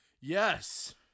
Yes